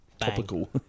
topical